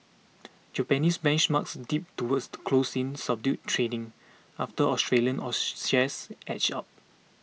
Japanese benchmarks dipped toward close in subdued trading after Australian all shares edged up